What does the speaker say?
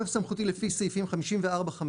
התשפ"ג-2023 בתוקף סמכותי לפי סעיפים 54(5),